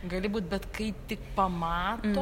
gali būt bet kai tik pamato